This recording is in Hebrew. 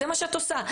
זה מה שאת עושה.